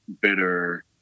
bitter